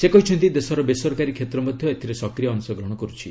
ସେ କହିଛନ୍ତି ଦେଶର ବେସରକାରୀ କ୍ଷେତ୍ର ମଧ୍ୟ ଏଥିରେ ସକ୍ରିୟ ଅଂଶଗ୍ରହଣ କରୁଛି